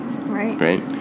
Right